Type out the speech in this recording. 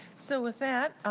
so with that,